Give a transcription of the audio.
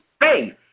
faith